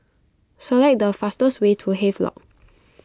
select the fastest way to Havelock